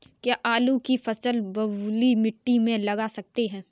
क्या आलू की फसल बलुई मिट्टी में लगा सकते हैं?